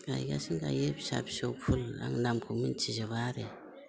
गायगासिनो गायो फिसा फिसौ फुल आङो नामखौबो मोन्थिजोबा आरो